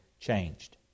changed